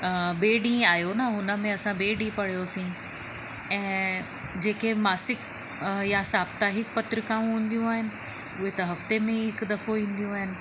ॿिए ॾींहुं आहियो न हुन में असां ॿिए ॾींहुं पढ़ियोसीं ऐं जेके मासिक या साप्ताहिक पत्रिकाऊं हूंदियूं आहिनि उहे त हफ़्ते में हिकु दफ़ो ईंदियूं आहिनि